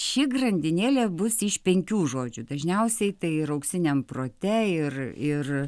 ši grandinėlė bus iš penkių žodžių dažniausiai tai ir auksiniam prote ir ir